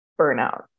burnout